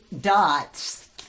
dots